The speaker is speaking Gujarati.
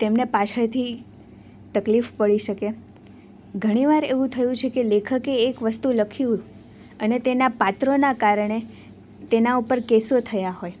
તેમને પાછળથી તકલીફ પડી શકે ઘણીવાર એવું થયું છે કે લેખકે એક વસ્તુ લખ્યું અને તેના પાત્રોનાં કારણે તેના ઉપર કેસો થયા હોય